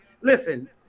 listen